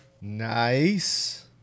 Nice